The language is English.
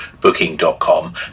Booking.com